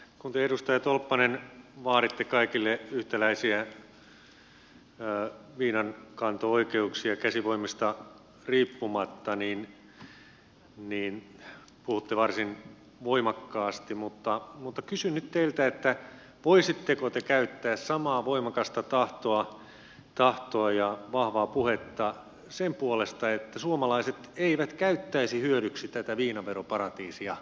kun te edustaja tolppanen vaaditte kaikille yhtäläisiä viinankanto oikeuksia käsivoimista riippumatta niin puhutte varsin voimakkaasti ja kysyn nyt teiltä voisitteko te käyttää samaa voimakasta tahtoa ja vahvaa puhetta sen puolesta että suomalaiset eivät käyttäisi hyödyksi tätä viinaveroparatiisia